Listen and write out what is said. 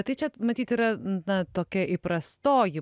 tai čia matyt yra na tokia įprastoji